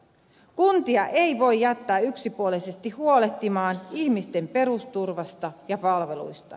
kuntia ei voi jättää yksipuolisesti huolehtimaan ihmisten perusturvasta ja palveluista